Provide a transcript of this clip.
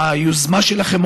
היוזמה שלכם,